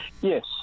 Yes